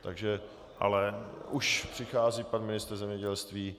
Takže... už přichází pan ministr zemědělství.